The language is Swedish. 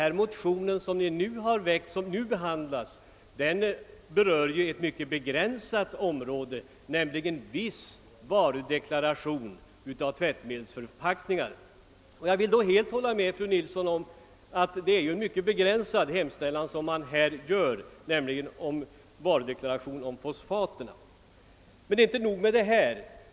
Den motion som nu behandlas berör ju ett mycket begränsat område, nämligen viss varudeklaration på tvättmedelsförpackningar. Jag håller helt med fru Nilsson om att det är en mycket begränsad hemställan man här gör, nämligen om varudeklaration beträffande fosfat. Men inte nog med detta.